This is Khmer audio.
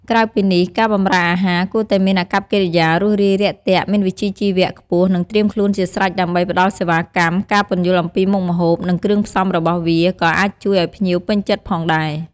ក្រៅពីនេះ ការបម្រើអាហារ គួរតែមានអាកប្បកិរិយារួសរាយរាក់ទាក់ មានវិជ្ជាជីវៈខ្ពស់ និងត្រៀមខ្លួនជាស្រេចដើម្បីផ្តល់សេវាកម្ម ការពន្យល់អំពីមុខម្ហូប និងគ្រឿងផ្សំរបស់វា ក៏អាចជួយឲ្យភ្ញៀវពេញចិត្តផងដែរ។